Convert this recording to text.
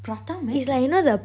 prata mat